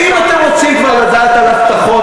ואם אתם רוצים כבר לדעת על הבטחות,